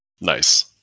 nice